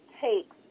takes